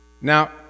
Now